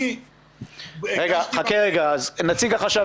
נציג החשב